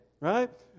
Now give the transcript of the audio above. right